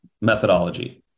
methodology